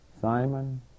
Simon